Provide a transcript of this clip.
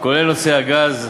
כולל נושא הגז.